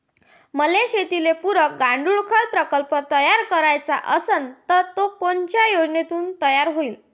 मले शेतीले पुरक गांडूळखत प्रकल्प तयार करायचा असन तर तो कोनच्या योजनेतून तयार होईन?